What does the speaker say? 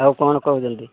ଆଉ କ'ଣ କହୁଛନ୍ତି